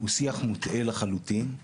הוא שיח מוטעה לחלוטין,